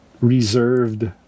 reserved